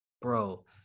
Bro